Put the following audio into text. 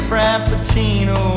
Frappuccino